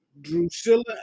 Drusilla